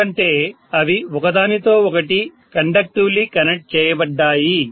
ఎందుకంటే అవి ఒకదానితో ఒకటి కండక్టివ్లీ కనెక్ట్ చేయబడ్డాయి